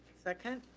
second.